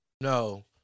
No